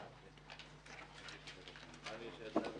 ננעלה בשעה